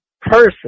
person